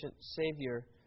Savior